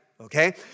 okay